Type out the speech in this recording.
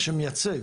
שמייצג.